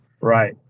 Right